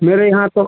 मेरे यहाँ तो